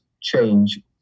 change